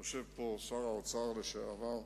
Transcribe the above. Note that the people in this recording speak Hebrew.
יושב פה שר האוצר לשעבר,